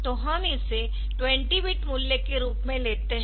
तो हम इसे 20 बिट मूल्य के रूप में लेते है